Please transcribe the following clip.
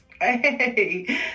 Hey